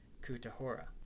Kutahora